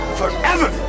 forever